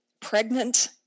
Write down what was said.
pregnant